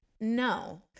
No